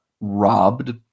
robbed